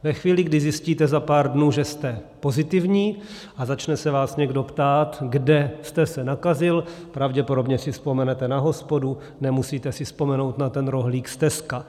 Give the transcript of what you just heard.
Ve chvíli, kdy zjistíte za pár dnů, že jste pozitivní a začne se vás někdo ptát, kde jste se nakazil, pravděpodobně si vzpomenete na hospodu, nemusíte si vzpomenout na ten rohlík z Tesca.